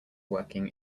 working